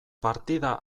partida